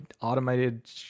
automated